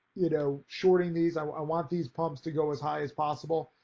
you know, shorting these. i want i want these pumps to go as high as possible.